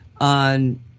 on